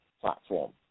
platform